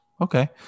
Okay